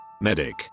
medic